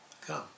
come